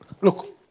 look